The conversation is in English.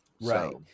Right